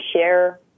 share